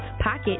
pocket